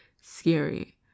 scary